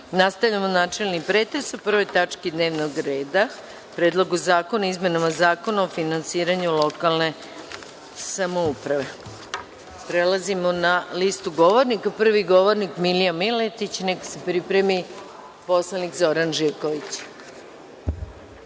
Ružić. Nastavljamo načelni pretres o Prvoj tački dnevnog reda Predlogu zakona o izmeni Zakona o finansiranju lokalne samouprave. Prelazimo na listu govornika. Prvi govornik Milija Miletić, neka se pripremi poslanik Zoran Živković.